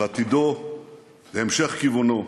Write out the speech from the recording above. על עתידו והמשך כיוונו.